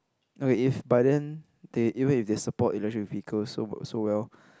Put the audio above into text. no if but then they even if they support electric vehicles so so well